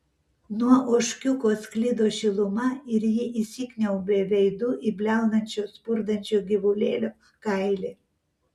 nuo ožkiuko sklido šiluma ir ji įsikniaubė veidu į bliaunančio spurdančio gyvulėlio kailį